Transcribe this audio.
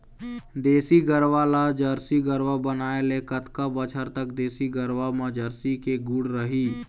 देसी गरवा ला जरसी गरवा बनाए ले कतका बछर तक देसी गरवा मा जरसी के गुण रही?